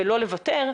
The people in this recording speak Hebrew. ולא לוותר,